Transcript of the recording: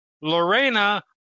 Lorena